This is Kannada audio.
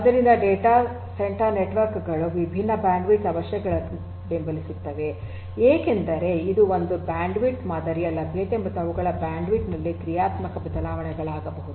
ಆದ್ದರಿಂದ ಡಾಟಾ ಸೆಂಟರ್ ನೆಟ್ವರ್ಕ್ ಗಳು ವಿಭಿನ್ನ ಬ್ಯಾಂಡ್ವಿಡ್ತ್ ಅವಶ್ಯಕತೆಗಳನ್ನು ಬೆಂಬಲಿಸುತ್ತವೆ ಏಕೆಂದರೆ ಇದು ಒಂದು ಬ್ಯಾಂಡ್ವಿಡ್ತ್ ಮಾದರಿಯ ಲಭ್ಯತೆ ಮತ್ತು ಅವುಗಳ ಬ್ಯಾಂಡ್ವಿಡ್ತ್ ನಲ್ಲಿ ಕ್ರಿಯಾತ್ಮಕ ಬದಲಾವಣೆಗಳಾಗಬಹುದು